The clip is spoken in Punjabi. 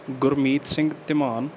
ਗੁਰਮੀਤ ਸਿੰਘ ਧੀਮਾਨ